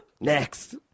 Next